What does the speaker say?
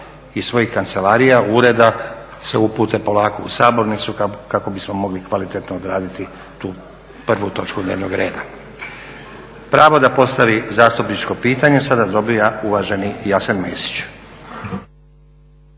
iz svojih kancelarija, ureda se upute polako u sabornicu kako bismo mogli kvalitetno odraditi tu prvu točku dnevnog reda. Pravo da postavi zastupničko pitanje sada dobiva uvaženi Jasen Mesić.